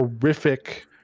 horrific